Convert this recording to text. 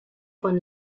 von